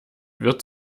wird